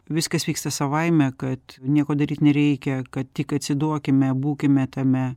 viskas vyksta savaime kad nieko daryt nereikia kad tik atsiduokime būkime tame